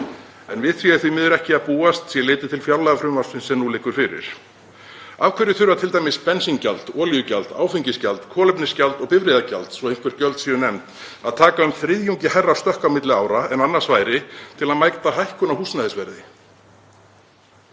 en við því er því miður ekki að búast sé litið til fjárlagafrumvarpsins sem nú liggur fyrir. Af hverju þurfa til dæmis bensíngjald, olíugjald, áfengisgjald, kolefnisgjald og bifreiðagjald, svo einhver gjöld séu nefnd, að taka um þriðjungi hærra stökk en annars væri, til að mæta hækkun á húsnæðisverði?